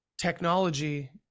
technology